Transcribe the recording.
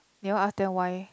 never ask them why